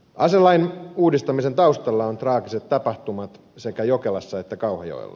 aselain uudistamisen taustalla ovat traagiset tapahtumat sekä jokelassa että kauhajoella